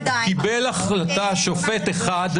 אבל עדיין --- קיבל החלטה שופט אחד,